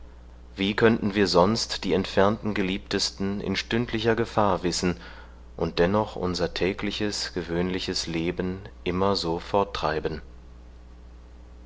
wie könnten wir sonst die entfernten geliebtesten in stündlicher gefahr wissen und dennoch unser tägliches gewöhnliches leben immer so